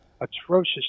atrocious